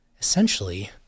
essentially